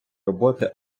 роботи